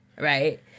Right